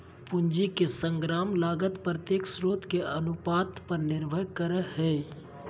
पूंजी के समग्र लागत प्रत्येक स्रोत के अनुपात पर निर्भर करय हइ